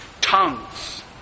tongues